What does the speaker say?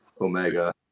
Omega